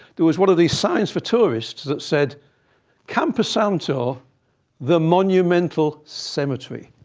there was one of these signs for tourists that said camposanto the monumental cemetery.